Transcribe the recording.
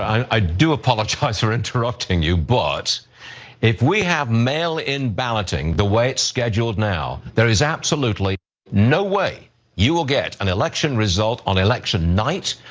i do apologize for interrupting you, but if we have mail in balloting the way it's scheduled now, there is absolutely no way you will get an election result on election night.